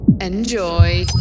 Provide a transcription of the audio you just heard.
Enjoy